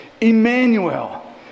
Emmanuel